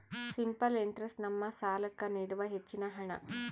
simple interest ನಮ್ಮ ಸಾಲ್ಲಾಕ್ಕ ನೀಡುವ ಹೆಚ್ಚಿನ ಹಣ್ಣ